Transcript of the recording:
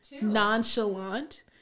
nonchalant